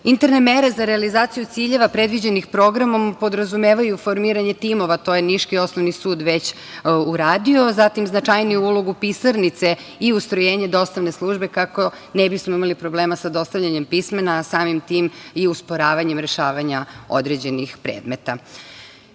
urađeno. Interne mere za realizaciju ciljeva predviđenih programom podrazumevaju formiranje timova, to Niški osnovni sud već uradio. Zatim, značajniju ulogu pisarnice i ustrojenje dostavne službe kako ne bismo imali problema sa dostavljanjem pisama, a samim tim i usporavanjem rešavanja određenih predmeta. Zadržala